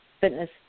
fitness